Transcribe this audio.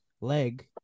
leg